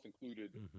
included